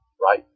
right